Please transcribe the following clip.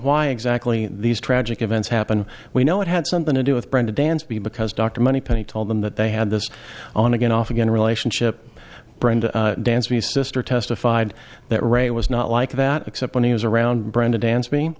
why exactly these tragic events happen we know it had something to do with brenda dansby because dr moneypenny told them that they had this on again off again relationship brenda dance me sister testified that ray was not like that except when he was around brenda dan